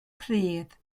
pridd